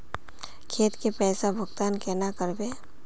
खेत के पैसा भुगतान केना करबे?